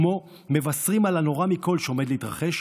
כמו מבשרים על הנורא מכול שעומד להתרחש,